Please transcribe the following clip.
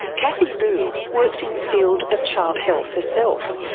kathy lu works in the field of child health herself,